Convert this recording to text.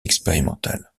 expérimentale